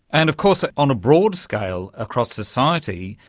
and of course ah on a broad scale across society,